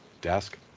desk